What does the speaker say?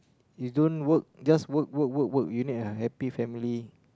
you don't work just work work work work you need a happy family